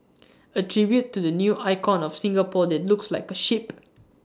A tribute to the new icon of Singapore that looks like A ship